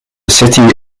city